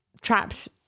trapped